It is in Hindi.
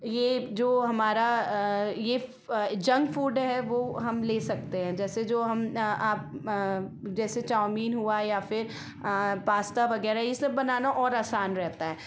ये जो हमारा ये जंक फूड है वो हम ले सकते हैं जैसे जो हम जैसे चाउमीन हुआ या फिर पास्ता वगैरह ये सब और आसान रहता है